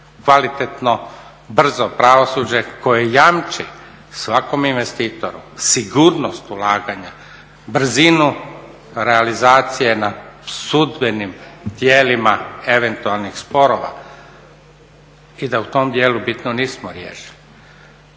kvalitetno, brzo pravosuđe koje jamči svakom investitoru sigurnost ulaganja, brzinu realizacije na sudbenim tijelima eventualnih sporova i da u tom dijelu bitno nismo riješili.